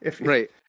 Right